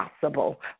possible